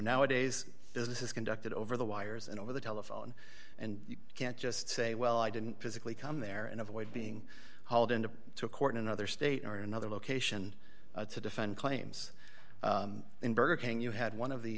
nowadays business is conducted over the wires and over the telephone and you can't just say well i didn't physically come there and avoid being hauled into court in another state or another location to defend claims in burger king you had one of the